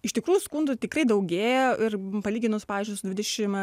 iš tikrųjų skundų tikrai daugėjo ir palyginus pavyzdžiui su dvidešim